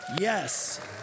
Yes